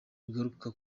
bigaruka